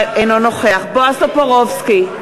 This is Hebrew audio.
אינו נוכח בועז טופורובסקי,